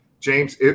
James